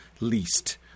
least